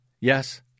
yes